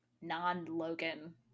non-Logan